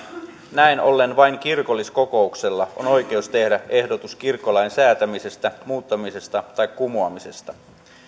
näin ollen vain kirkolliskokouksella on oikeus tehdä ehdotus kirkkolain säätämisestä muuttamisesta tai kumoamisesta